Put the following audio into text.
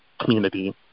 community